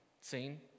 seen